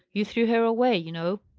you threw her away, you know.